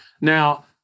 Now